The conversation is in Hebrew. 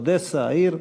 באודסה העיר,